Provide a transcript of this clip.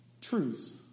truth